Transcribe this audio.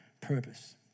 purpose